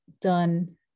done